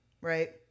right